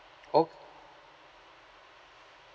oh